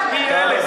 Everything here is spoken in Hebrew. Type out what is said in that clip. השר אקוניס, תם